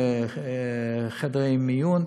חדרי מיון,